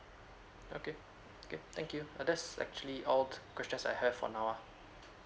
okay okay thank you uh that's actually all the questions I have for now ah